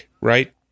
Right